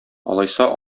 алайса